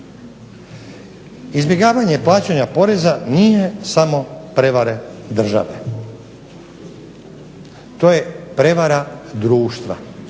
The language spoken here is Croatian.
Izbjegavanje plaćanja poreza nije samo prevare države. To je prevara društva,